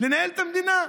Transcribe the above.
לנהל את המדינה?